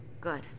Good